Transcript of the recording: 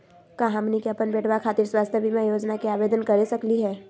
का हमनी के अपन बेटवा खातिर स्वास्थ्य बीमा योजना के आवेदन करे सकली हे?